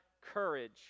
courage